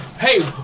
hey